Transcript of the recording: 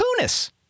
Kunis